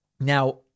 Now